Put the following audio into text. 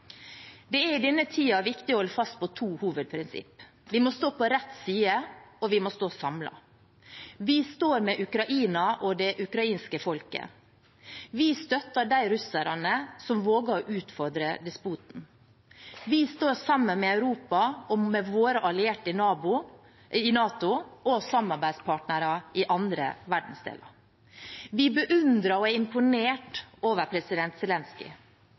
Det er i denne tiden viktig å holde fast på to hovedprinsipper: Vi må stå på rett side, og vi må stå samlet. Vi står med Ukraina og det ukrainske folket. Vi støtter de russerne som våger å utfordre despoten. Vi står sammen med Europa og med våre allierte i NATO og samarbeidspartnere i andre verdensdeler. Vi beundrer og er imponert over president